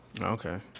Okay